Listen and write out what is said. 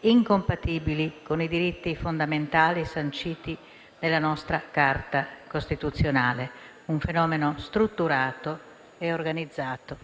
incompatibili con i diritti fondamentali sanciti nella nostra Carta costituzionale; un fenomeno strutturato e organizzato.